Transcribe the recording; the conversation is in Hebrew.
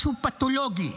משהו פתולוגי.